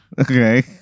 Okay